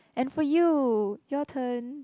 and for you your turn